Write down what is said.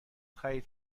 خرید